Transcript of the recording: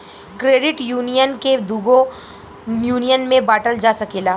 credit union के दुगो union में बॉटल जा सकेला